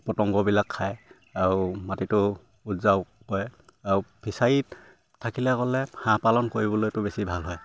পতংগবিলাক খায় আৰু মাটিটো কৰে আৰু ফিচাৰীত থাকিলে গ'লে হাঁহ পালন কৰিবলৈতো বেছি ভাল হয়